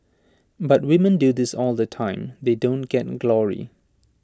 but women do this all the time they don't get glory